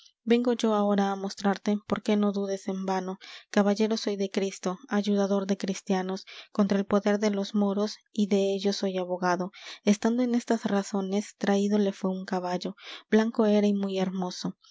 vengo yo ahora á mostrarte porque no dudes en vano caballero soy de cristo ayudador de cristianos contra el poder de los moros y dellos soy abogado estando en estas razones traído le fué un caballo blanco era y muy hermoso